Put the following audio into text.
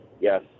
yes